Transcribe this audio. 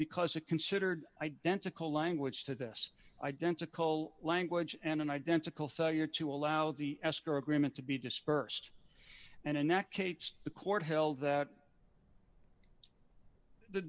because it considered identical language to this identical language and an identical figure to allow the escrow agreement to be dispersed and that cate's the court held that the